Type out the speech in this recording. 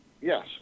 yes